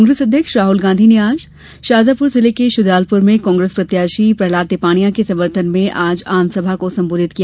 कांग्रेस अध्यक्ष राहुल गांधी ने आज शाजापुर जिले के शुजालपुर में कांग्रेस प्रत्याशी प्रहलाद टिपाणियां के समर्थन में आम सभा को संबोधित किया